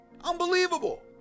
Unbelievable